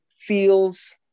feels